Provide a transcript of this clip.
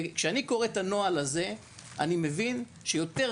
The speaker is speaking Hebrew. כאשר אני קורא את הנוהל הזה אני מבין שקל יותר